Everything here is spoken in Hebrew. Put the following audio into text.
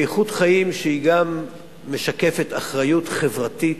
באיכות חיים שגם משקפת אחריות חברתית,